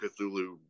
Cthulhu